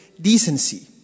decency